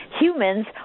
humans